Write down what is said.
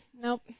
Nope